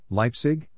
Leipzig